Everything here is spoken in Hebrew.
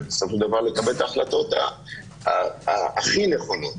ובסופו של דבר לקבל את ההחלטות הכי נכונות.